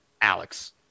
Alex